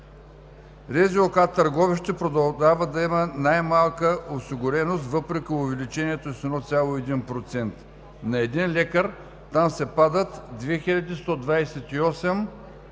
каса – Търговище, продължава да има най-малка осигуреност, въпреки увеличението с 1,1% – на един лекар там се падат 2128